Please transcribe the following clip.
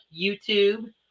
YouTube